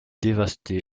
dévasté